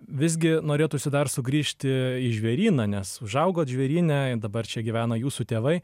visgi norėtųsi dar sugrįžti į žvėryną nes užaugot žvėryne dabar čia gyvena jūsų tėvai